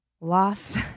lost